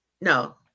No